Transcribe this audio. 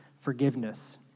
forgiveness